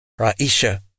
Raisha